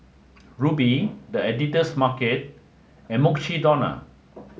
Rubi The Editor's Market and Mukshidonna